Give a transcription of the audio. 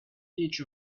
each